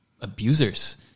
abusers